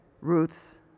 Ruth's